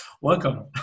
welcome